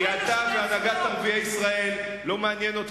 אתה שודד קרקע של אנשים ואתה אומר: יש לי זכויות.